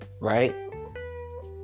Right